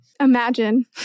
Imagine